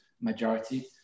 majority